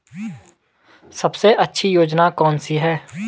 सबसे अच्छी योजना कोनसी है?